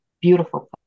beautiful